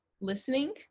listening